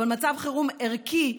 אבל מצב חירום ערכי,